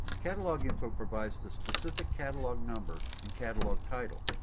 catalog info provides the specific catalog number and catalog title,